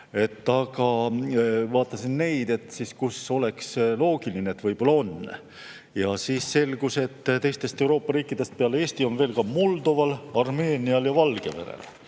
aga vaatasin neid, kus oleks loogiline, et võib-olla on. Ja siis selgus, et teistest Euroopa riikidest peale Eesti on veel ka Moldoval, Armeenial ja Valgevenel